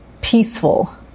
peaceful